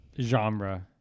genre